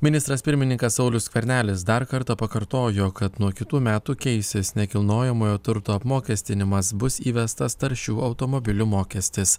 ministras pirmininkas saulius skvernelis dar kartą pakartojo kad nuo kitų metų keisis nekilnojamojo turto apmokestinimas bus įvestas taršių automobilių mokestis